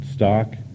Stock